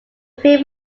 film